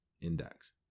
index